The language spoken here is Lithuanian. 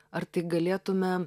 ar tai galėtume